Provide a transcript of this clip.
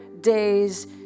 days